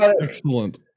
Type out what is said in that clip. excellent